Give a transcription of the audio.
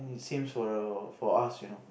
sames for for us you know